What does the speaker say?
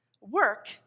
Work